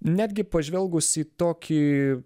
netgi pažvelgus į tokį